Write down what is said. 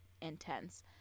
intense